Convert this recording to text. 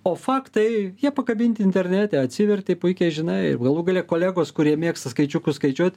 o faktai jie pakabinti internete atsivertei puikiai žinai ir galų gale kolegos kurie mėgsta skaičiukus skaičiuot